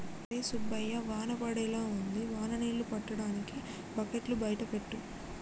ఒరై సుబ్బయ్య వాన పడేలా ఉంది వాన నీళ్ళు పట్టటానికి బకెట్లు బయట పెట్టు